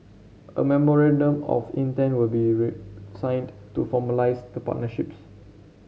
a memorandum of intent will be resigned to formalise the partnerships